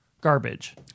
garbage